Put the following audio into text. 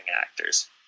actors